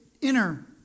Inner